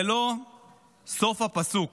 זה לא סוף פסוק.